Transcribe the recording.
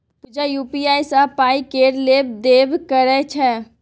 पुजा UPI सँ पाइ केर लेब देब करय छै